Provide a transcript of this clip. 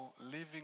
living